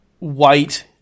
White